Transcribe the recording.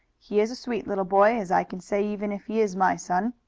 he is a sweet little boy, as i can say even if he is my son.